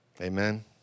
amen